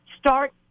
Start